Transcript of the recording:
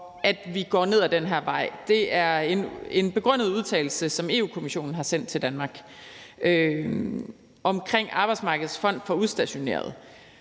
at vi går ned ad den her vej, er en begrundet udtalelse, som Europa-Kommissionen har sendt til Danmark om Arbejdsmarkedets Fond for Udstationerede.